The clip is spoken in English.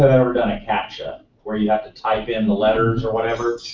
have ever done a captcha where you you have to type in the letters or whatever?